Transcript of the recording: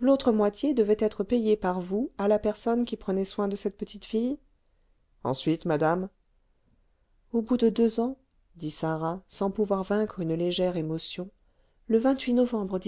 l'autre moitié devait être payée par vous à la personne qui prenait soin de cette petite fille ensuite madame au bout de deux ans dit sarah sans pouvoir vaincre une légère émotion le novembre